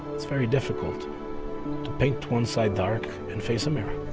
it's very difficult to paint one side dark and face a mirror.